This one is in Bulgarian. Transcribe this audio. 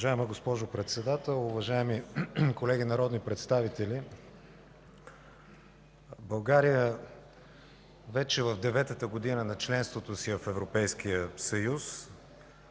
Уважаема госпожо Председател, уважаеми колеги народни представители! България вече е в деветата година на членството си в Европейския съюз,